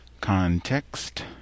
context